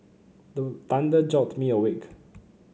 the thunder jolt me awake